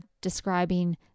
describing